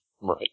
Right